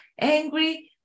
angry